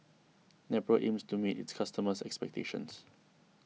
Nepro aims to meet its customers' expectations